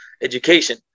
education